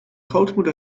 grootmoeder